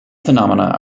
phenomena